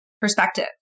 perspective